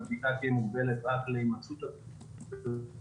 הבדיקה תהיה מוגבלת רק להימצאות התעודה והתוכנית.